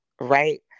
right